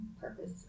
purpose